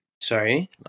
Sorry